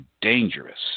dangerous